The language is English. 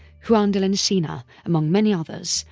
juan del encina, among many others,